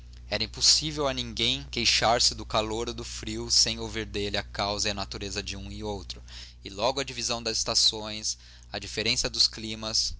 era impossível a ninguém queixar-se do calor ou do frio sem ouvir dele a causa e a natureza de um e outro e logo a divisão das estações a diferença dos climas